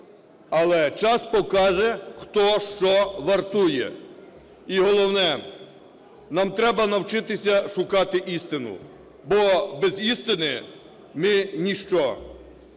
Але час покаже хто що вартує. І головне: нам треба навчитися шукати істину. Бо без істини ми ніщо.